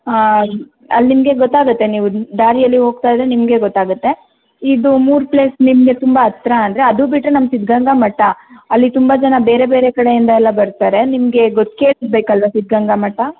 ಅಂ ಅಲ್ಲಿ ನಿಮಗೆ ಗೊತ್ತಾಗುತ್ತೆ ನೀವು ದಾರಿಯಲ್ಲಿ ಹೋಗ್ತಾ ಇದ್ದರೆ ನಿಮಗೆ ಗೊತ್ತಾಗುತ್ತೆ ಇದು ಮೂರು ಪ್ಲೇಸ್ ನಿಮ್ಗೆ ತುಂಬ ಹತ್ರ ಅಂದರೆ ಅದು ಬಿಟ್ಟರೆ ನಮ್ಮ ಸಿದ್ಧಗಂಗಾ ಮಠ ಅಲ್ಲಿ ತುಂಬ ಜನ ಬೇರೆ ಬೇರೆ ಕಡೆಯಿಂದ ಎಲ್ಲ ಬರ್ತಾರೆ ನಿಮಗೆ ಗೊತ್ತಿರಬೇಕಲ್ವಾ ಸಿದ್ಧಗಂಗಾ ಮಠ